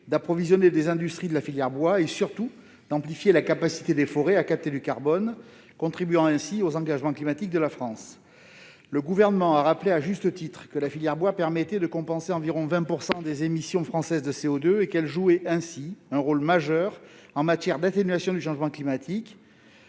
d'approvisionner les industries de la filière bois, et surtout d'accroître la capacité des forêts à capter du carbone, lesquelles contribueront ainsi au respect des engagements climatiques de la France. Le Gouvernement a rappelé à juste titre que la filière bois permettait de compenser environ 20 % des émissions françaises de CO2 et qu'elle jouait ainsi un rôle majeur en matière d'atténuation du changement climatique.